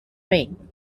rain